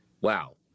Wow